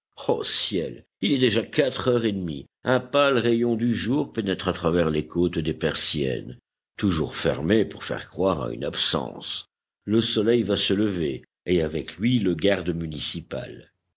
ciel il est déjà quatre heures et demie un pâle rayon du jour pénètre à travers les côtes des persiennes toujours fermées pour faire croire à une absence le soleil va se lever et avec lui le garde municipal